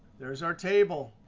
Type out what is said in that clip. there is our table.